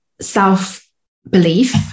self-belief